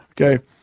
Okay